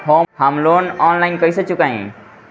हम loan online कइसे चुकाई?